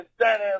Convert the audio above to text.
incentives